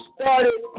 started